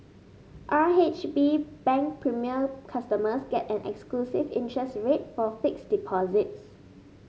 R H B Bank Premier customers get an exclusive interest rate for fixed deposits